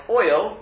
oil